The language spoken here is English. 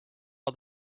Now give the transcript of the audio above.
all